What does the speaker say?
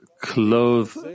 clothe